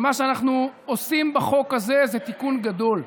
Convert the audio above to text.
ומה שאנחנו עושים בחוק הזה זה תיקון גדול.